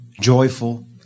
joyful